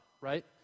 right